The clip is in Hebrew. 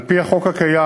על-פי החוק הקיים,